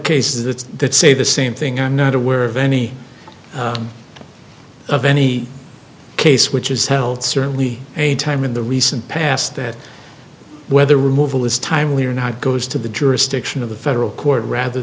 it's that say the same thing i'm not aware of any of any case which is held certainly a time in the recent past that whether removal is timely or not goes to the jurisdiction of the federal court rather